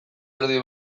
erdi